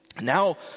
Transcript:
Now